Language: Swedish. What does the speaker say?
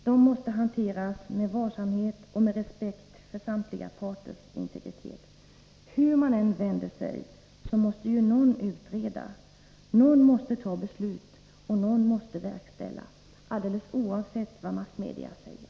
De måste hanteras med varsamhet och med respekt för samtliga parters integritet. Hur man än vänder sig måste ju någon utreda, någon måste ta beslut och någon måste verkställa, alldeles oavsett vad massmedia säger.